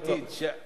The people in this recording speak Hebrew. נא להצביע.